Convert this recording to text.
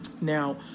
Now